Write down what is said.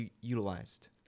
utilized